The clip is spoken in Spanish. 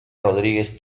rodríguez